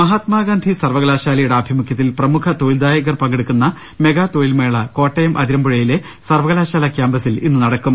മഹാത്മാഗാന്ധി സർവകലാശാലയുടെ ആഭിമുഖ്യത്തിൽ പ്രമുഖ തൊഴിൽ ദായകർ പങ്കെടുക്കുന്ന മെഗാ തൊഴിൽ മേള കോട്ടയം ആതിരമ്പുഴയിലെ സർ വകലാശാല ക്യാംപസിൽ ഇന്ന് നടക്കും